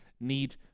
need